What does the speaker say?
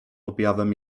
objawem